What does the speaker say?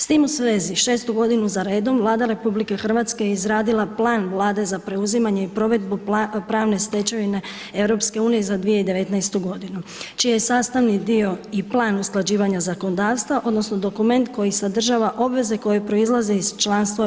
S tim u svezi 6 godinu za redom Vlada RH je izradila plan Vlade za preuzimanje i provedbu pravne stečevine EU za 2019. godinu čiji je sastavni dio i plan usklađivanja zakonodavstva odnosno dokument koji sadržava obveze koje proizlaze iz članstva u EU.